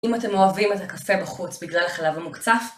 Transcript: אם אתם אוהבים את הקפה בחוץ בגלל החלב המוקצף